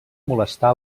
molestar